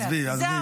עזבי, עזבי.